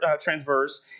transverse